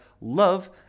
love